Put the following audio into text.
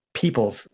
people's